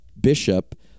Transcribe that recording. Bishop